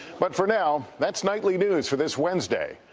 but for now, that's nightly news for this wednesday.